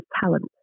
talent